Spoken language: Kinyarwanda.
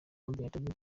umukinnyi